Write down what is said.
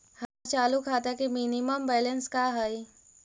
हमर चालू खाता के मिनिमम बैलेंस का हई?